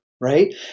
right